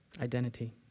identity